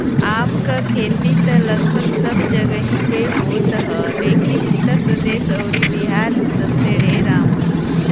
आम क खेती त लगभग सब जगही पे होत ह लेकिन उत्तर प्रदेश अउरी बिहार में सबसे ढेर आम होला